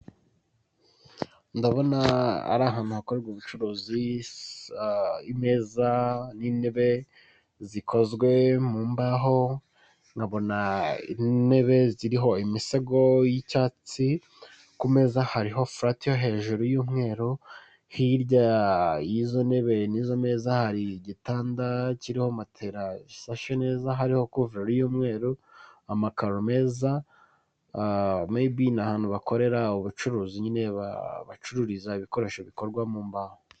Ndabona ari ahantu hakorerwa ubucuruzi, imeza n'intebe zikozwe mu mbaho, nkabona intebe ziriho imisego y'icyatsi, ku meza hariho furati yo hejuru y'umweru, hirya y'izo ntebe n'izo meza hari igitanda kiriho matera gishashe neza hariho kuvurori y'umweru, amakaro meza, meyi bi ni ahantu bakorera ubucuruzi nyine bacururiza ibikoresho bikorwa mu mbaho.